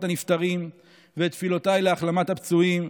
הנפטרים ואת תפילותיי להחלמת הפצועים,